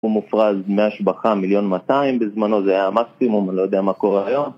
הוא מופרז, דמי השבחה מיליון מאתיים בזמנו זה היה המקסימום, לא יודע מה קורה היום